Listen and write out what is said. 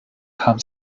kam